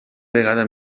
vegada